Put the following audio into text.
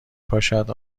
پاشد